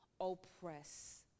oppress